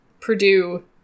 Purdue